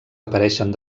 apareixen